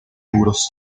euros